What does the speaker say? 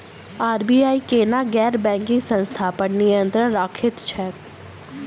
RBI केना गैर banking संस्था पर नियत्रंण राखैत छैक?